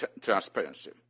transparency